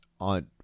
on